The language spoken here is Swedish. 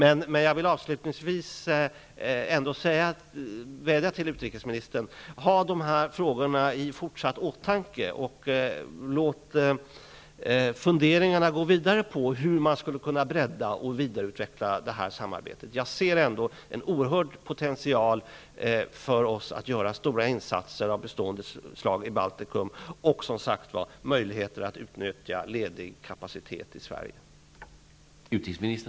Jag vill avslutningsvis ändå vädja till utrikesministern om att hon även fortsättningsvis har dessa frågor i åtanke och att hon funderar vidare på hur man skulle kunna bredda och vidareutveckla samarbetet. Jag ser ändå en oerhörd potential för oss att göra stora insatser av bestående slag i Baltikum och, som sagt, möjligheter att utnyttja ledig kapacitet i Sverige.